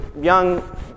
young